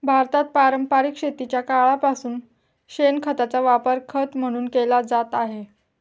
भारतात पारंपरिक शेतीच्या काळापासून शेणखताचा वापर खत म्हणून केला जात आहे